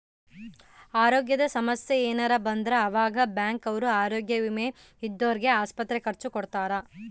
ಅರೋಗ್ಯದ ಸಮಸ್ಸೆ ಯೆನರ ಬಂದ್ರ ಆವಾಗ ಬ್ಯಾಂಕ್ ಅವ್ರು ಆರೋಗ್ಯ ವಿಮೆ ಇದ್ದೊರ್ಗೆ ಆಸ್ಪತ್ರೆ ಖರ್ಚ ಕೊಡ್ತಾರ